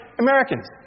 Americans